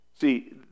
See